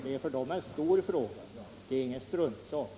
Det är för dem en stor och allvarlig fråga och ingen struntsak.